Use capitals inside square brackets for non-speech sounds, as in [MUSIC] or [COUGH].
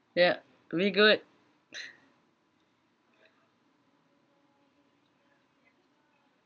ya we good [LAUGHS]